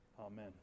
Amen